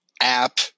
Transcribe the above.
app